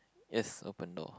yes open door